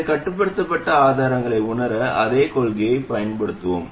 இந்த கட்டுப்படுத்தப்பட்ட ஆதாரங்களை உணர அதே கொள்கையைப் பயன்படுத்துவோம்